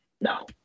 no